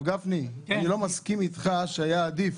הכספים, שהיה עדיף